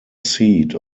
seat